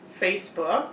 Facebook